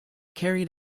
carried